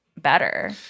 better